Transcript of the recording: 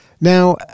now